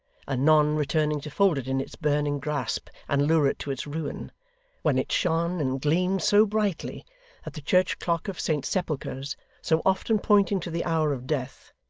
anon returning to fold it in its burning grasp and lure it to its ruin when it shone and gleamed so brightly that the church clock of st sepulchre's so often pointing to the hour of death,